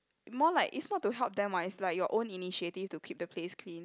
more like it's not to help them what it's like your own initiative to keep the place clean